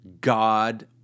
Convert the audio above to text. God